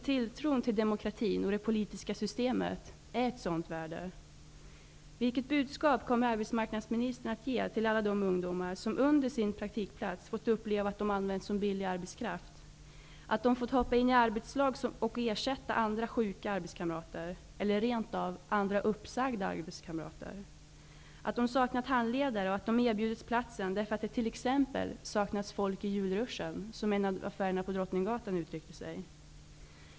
Tilltron till demokratin och det politiska systemet är ett sådant värde. De har fått hoppa in i arbetslag och ersätta sjuka arbetskamrater eller rent av uppsagda arbetskamrater. De har saknat handledare och erbjudits platsen för att det t.ex. har saknats folk i julruschen, som man uttryckte sig i en av affärerna på Drottninggatan.